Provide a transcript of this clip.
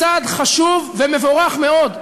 צעד חשוב ומבורך מאוד,